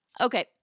Okay